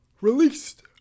released